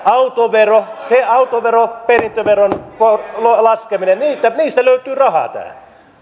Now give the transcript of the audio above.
se autovero perintöveron laskeminen niistä löytyy rahaa tähän